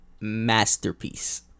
masterpiece